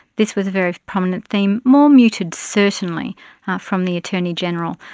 this was a very prominent theme. more muted certainly from the attorney general.